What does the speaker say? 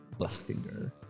Blackfinger